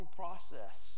process